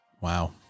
Wow